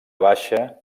baixa